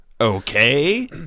Okay